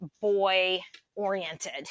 boy-oriented